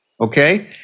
Okay